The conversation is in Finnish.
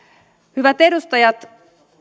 hyvät edustajat